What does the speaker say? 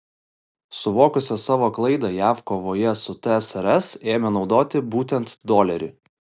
suvokusios savo klaidą jav kovoje su tsrs ėmė naudoti būtent dolerį